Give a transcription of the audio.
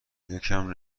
یکم